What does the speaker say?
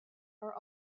are